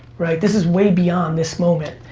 right? this is way beyond this moment,